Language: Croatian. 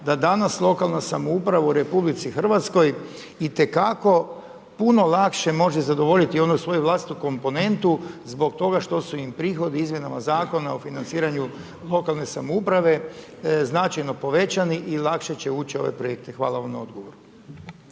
da danas lokalna samouprava u RH itekako puno lakše može zadovoljiti onu svoju vlastitu komponentu zbog toga što su im prihodi o izmjenama zakona o financiranju lokalne samouprave značajno povećani i lakše će ući u ove projekte. Hvala vam na odgovoru.